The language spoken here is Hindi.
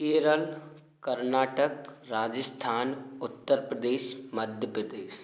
केरल कर्नाटक राजस्थान उत्तर प्रदेस मध्य प्रदेश